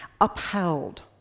upheld